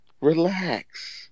relax